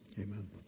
amen